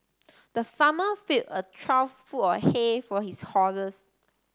the farmer filled a trough full of hay for his horses